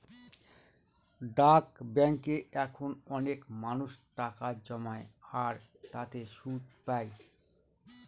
ডাক ব্যাঙ্কে এখন অনেক মানুষ টাকা জমায় আর তাতে সুদ পাই